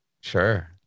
Sure